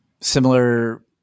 similar